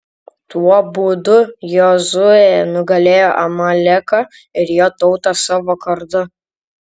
tuo būdu jozuė nugalėjo amaleką ir jo tautą savo kardu